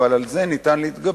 אבל על זה ניתן להתגבר,